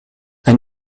ein